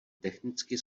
technicky